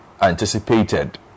anticipated